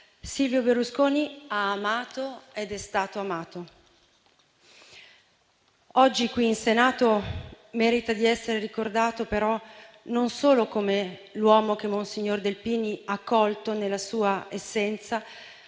Silvio Berlusconi ha amato ed è stato amato. Oggi qui in Senato merita di essere ricordato, però, non solo come l'uomo che monsignor Delpini ha colto nella sua essenza,